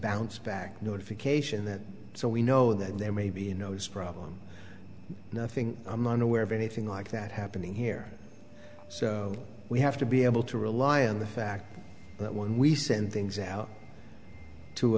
bounce back notification so we know that there may be you know it's a problem nothing i'm unaware of anything like that happening here so we have to be able to rely on the fact that when we send things out to